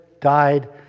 died